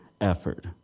effort